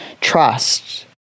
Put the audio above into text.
trust